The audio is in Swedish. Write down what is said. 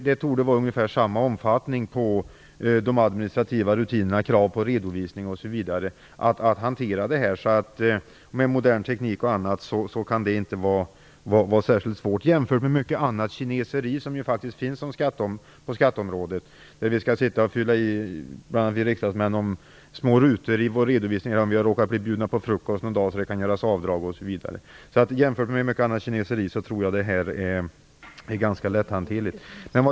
Det torde vara ungefär samma omfattning på de administrativa rutinerna i båda fallen med krav på redovisning osv. Med modern teknik kan det inte vara särskilt svårt jämfört med mycket annat kineseri som faktiskt finns på skatteområdet. Vi riksdagsmän skall vid vår redovisning t.ex. fylla i små rutor om vi har råkat bli bjudna på frukost någon dag, så att det kan göras avdrag osv. Jämfört med mycket annat kineseri tror jag att det här är ganska lätthanterligt.